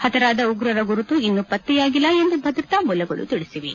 ಪತರಾದ ಉಗ್ರರ ಗುರುತು ಇನ್ನು ಪತ್ತೆಯಾಗಿಲ್ಲ ಎಂದು ಭದ್ರತಾ ಮೂಲಗಳು ತಿಳಿಸಿವೆ